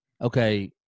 okay